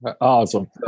Awesome